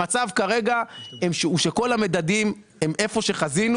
המצב כרגע הוא שכל המדדים הם איפה שחזינו